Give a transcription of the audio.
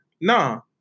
no